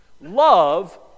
Love